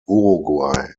uruguay